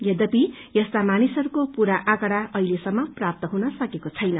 यद्यपि यस्ता मानिसहस्को पूरा आँकड़ा अहितेसम्म प्राप्त हुन सकेको छैन